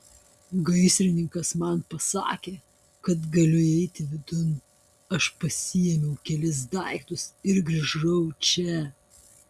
gaisrininkas man pasakė kad galiu įeiti vidun aš pasiėmiau kelis daiktus ir grįžau čia